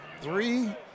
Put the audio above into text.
three